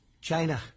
China